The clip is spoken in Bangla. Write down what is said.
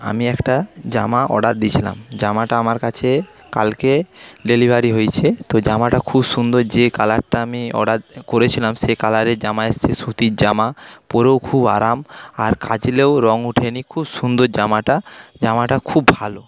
আমি একটা জামা অর্ডার দিয়েছিলাম জামাটা আমার কাছে কালকে ডেলিভারি হয়েছে তো জামাটা খুব সুন্দর যে কালারটা আমি অর্ডার করেছিলাম সেই কালারের জামা এসছে সুতির জামা পরেও খুব আরাম আর কাচলেও রঙ ওঠেনি খুব সুন্দর জামাটা জামাটা খুব ভালো